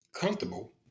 comfortable